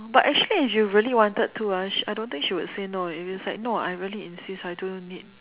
but actually if you really wanted to ah she I don't think she would say no if you say like no I really insist I don't even need